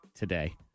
Today